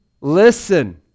Listen